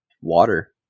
water